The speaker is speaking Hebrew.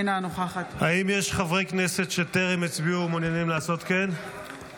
אינה נוכחת האם יש חברי כנסת שטרם הצביעו ומעוניינים לעשות כן?